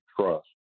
trust